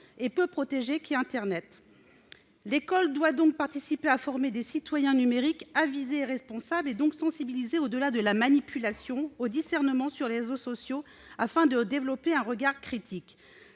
et peu protégé qu'est internet. L'école doit donc participer à former des citoyens numériques avisés et responsables. Elle doit sensibiliser, au-delà de la manipulation, au discernement sur les réseaux sociaux afin de développer un regard critique.